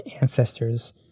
ancestors